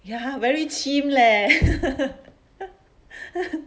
ya very chim leh